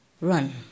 run